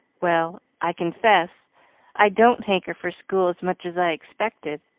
well, i confess i don't hanker for school as much as i expected.